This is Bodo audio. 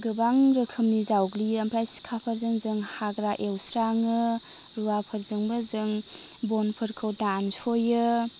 गोबां रोखोमनि जावग्लियो आमफ्राइ सिखाफोरजों जों हाग्रा एवस्राङो रुवाफोरजोंबो जों बनफोरखौ दानस'यो